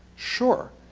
sure.